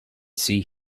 see